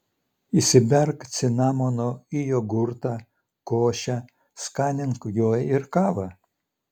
įsiberk cinamono į jogurtą košę skanink juo ir kavą